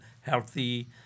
healthy